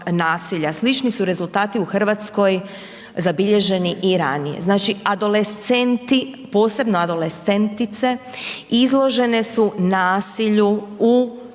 Slični su rezultati u Hrvatskoj zabilježeni i ranije, znači adolescenti, posebno adolescentice izložene su nasilju u bliskim